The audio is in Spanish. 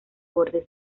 borde